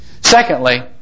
Secondly